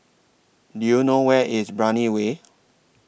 Do YOU know Where IS Brani Way